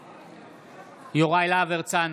בעד יוראי להב הרצנו,